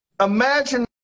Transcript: Imagine